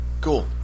Cool